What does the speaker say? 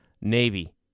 Navy